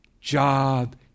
job